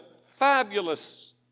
fabulous